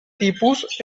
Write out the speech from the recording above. tipus